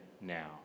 now